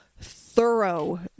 thorough